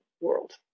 world